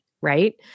right